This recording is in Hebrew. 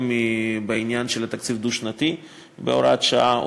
מהעניין של קבלת תקציב דו-שנתי בהוראת שעה,